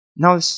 Now